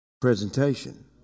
presentation